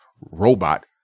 robot